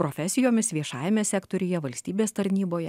profesijomis viešajame sektoriuje valstybės tarnyboje